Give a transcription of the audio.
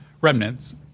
remnants